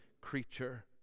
creature